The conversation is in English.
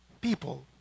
people